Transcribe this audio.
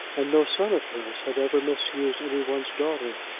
and no son of hers had ever misused any one's daughter.